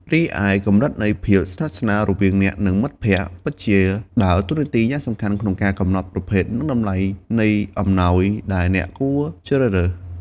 រីឯកម្រិតនៃភាពស្និទ្ធស្នាលរវាងអ្នក និងមិត្តភ័ក្តិ ពិតជាដើរតួនាទីយ៉ាងសំខាន់ក្នុងការកំណត់ ប្រភេទ និងតម្លៃនៃអំណោយ ដែលអ្នកគួរជ្រើសរើស។